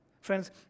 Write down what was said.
Friends